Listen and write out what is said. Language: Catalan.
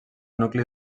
nucli